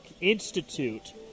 Institute